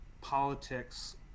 politics